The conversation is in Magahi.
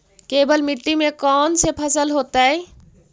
केवल मिट्टी में कौन से फसल होतै?